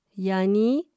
Yani